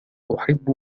أحب